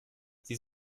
sie